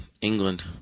England